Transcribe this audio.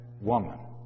woman